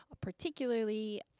Particularly